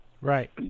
Right